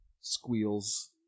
squeals